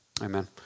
Amen